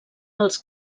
als